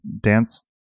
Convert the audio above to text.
dance